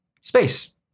space